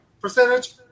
percentage